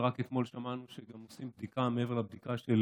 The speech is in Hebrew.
ורק אתמול שמענו שגם עושים בדיקה מעבר לבדיקה של